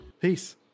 peace